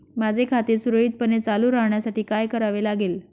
माझे खाते सुरळीतपणे चालू राहण्यासाठी काय करावे लागेल?